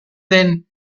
den